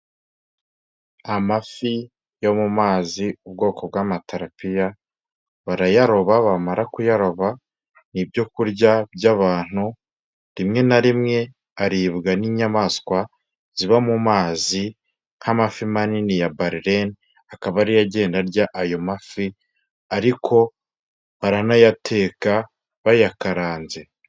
Amafi yo mu mazi ubwoko bw'amatirapiya, barayaroba bamara kuyaroba ni ibyo kurya by'abantu, rimwe na rimwe aribwa n'inyamaswa ziba mu mazi, nk'amafi manini ya kera barirene, nk'amafi manini ya bare akaba ari yo agenda arya ayo mafi ariko baranayateka bayakaranze.